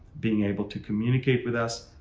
being able to communicate with us.